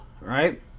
right